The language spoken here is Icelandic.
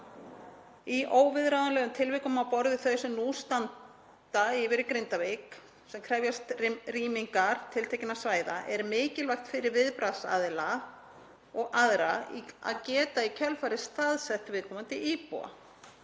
Í óviðráðanlegum tilvikum á borð við þau sem nú standa yfir í Grindavík, sem krefjast rýmingar tiltekinna svæða, er mikilvægt fyrir viðbragðsaðila og aðra að geta í kjölfarið staðsett viðkomandi íbúa.